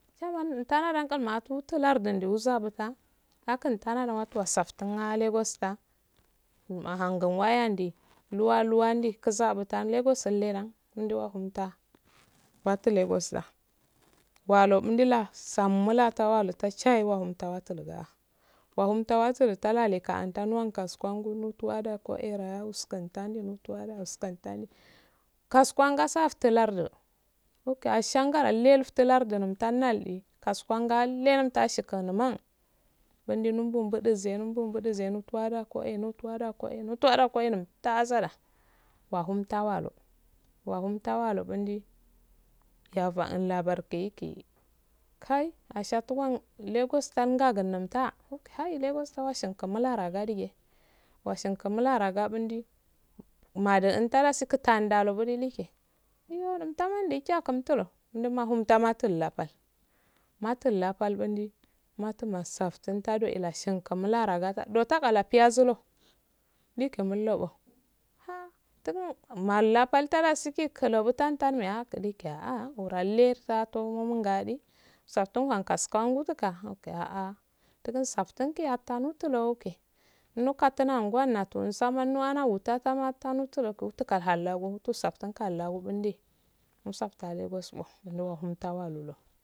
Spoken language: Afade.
Tiyama intananda nqol matutu lardundu uzaggan hakun untandan watu wasafttun ah lagos ah uha wayadun luwa yawa ndu kasubutan lagos ille da mundu hutta wattu lagos ah walo umdula samulata walu tachaye wamttawadalu gaa wahum ttawatalu tael kaundahun kasuwengu nutuwa eh koera wuskunta ndu muttuwa uskuwanda kassuwangasa aftu lardu ok ashanngare ihe uftu lardu numttalneyi kasuwanga illeh umtta shingu numan mumbuɗu zum numbuɗu zonu nutuwa da koehennatuwa da koehey natuwa da ko'ehey numtazada waham tawalo wahunmatawalo blundi yafaan labargdi gi kayi asha toda lagos ga ngalumta hayil lagos do oshingu mularago digeh woshingu mularga ɓundi madu run tanda tandalo birmi ke iyo lumtama do kiyankumtolo nduhum tamatabal labal matul labal bundu matumasaftun tado eleshingimilaro teqadala piyazorto ndiqimilloqo ha tun mallah paltada sikibulogi tantanelya a'ah wuro ille umhum gaɗi usafttun uhun kasuwengu utuga ok ah ah tuku usafttun ke aptan tolo ok nokatuna wangu nato wanamatuwa uttamuntulo uttuhallogu uttufo ukalla bunɗi utsafttun kallogu ɓundi usaftta ah lagoss ao uhum uttawaluo